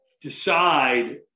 decide